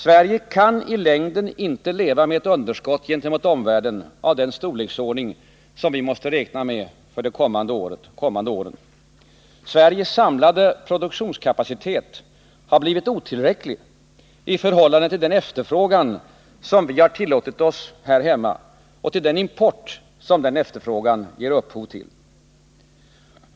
Sverige kan i längden inte leva med ett underskott gentemot omvärlden av den storleksordning vi måste räkna med för de kommande åren. Sveriges samlade produktionskapacitet har blivit otillräcklig i förhållande till den efterfrågan som vi har tillåtit oss här hemma och i förhållande till den import som den efterfrågan ger upphov till.